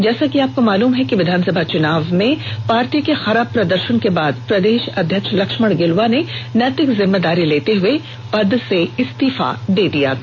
जैसा कि आपको मालूम है कि विधानसभा चुनाव में पार्टी के खराब प्रदर्शन के बाद प्रदेश अध्यक्ष लक्ष्मण गिलुवा ने नैतिक जिम्मेदारी लेते हुए पद से इस्तीफा दे दिया था